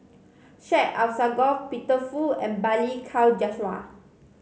Syed Alsagoff Peter Fu and Balli Kaur Jaswal